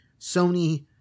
Sony